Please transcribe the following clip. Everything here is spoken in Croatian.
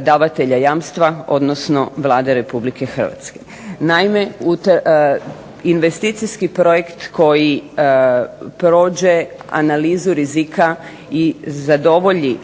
davatelja jamstva odnosno Vlade Republike Hrvatske. Naime, investicijski projekt prođe analizu rizika i zadovolji